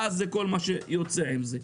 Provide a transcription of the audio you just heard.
ואז זה כל מה שיוצא עם זה.